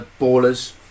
ballers